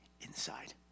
inside